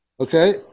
Okay